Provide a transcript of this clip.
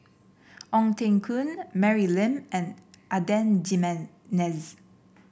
Ong Teng Koon Mary Lim and Adan Jimenez